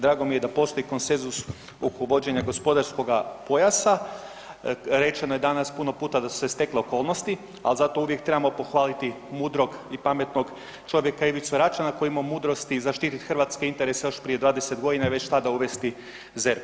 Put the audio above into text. Drago mi je da postoji konsenzus oko uvođenja gospodarskoga pojasa, rečeno je danas puno puta da su se stekle okolnosti, ali zato uvijek trebamo pohvaliti mudrog i pametnog čovjeka Ivicu Račana koji je imao mudrosti zaštiti hrvatske interese još prije 20 godina i već tada uvesti ZERP.